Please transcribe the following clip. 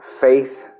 faith